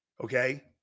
Okay